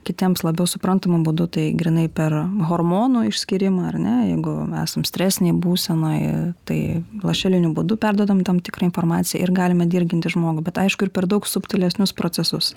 kitiems labiau suprantamu būdu tai grynai per hormonų išskyrimą ar ne jeigu esam stresinėj būsenoj tai lašeliniu būdu perduodam tam tikrą informaciją ir galime dirginti žmogų bet aišku ir per daug subtilesnius procesus